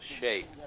shape